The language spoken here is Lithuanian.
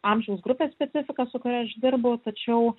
amžiaus grupės specifika su kuria aš dirbu tačiau